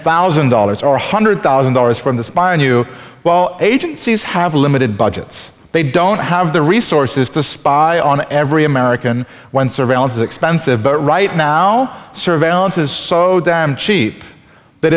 thousand dollars or a hundred thousand dollars for this buy a new well agencies have a limited budgets they don't have the resources to spy on every american one surveillance is expensive but right now surveillance is so damn cheap